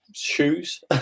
Shoes